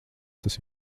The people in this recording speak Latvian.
tas